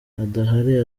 adahari